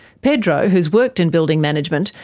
pedro, who has worked in building management,